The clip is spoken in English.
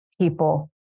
people